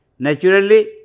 Naturally